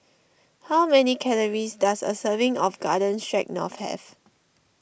how many calories does a serving of Garden Stroganoff have